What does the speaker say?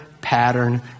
pattern